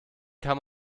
kann